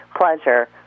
pleasure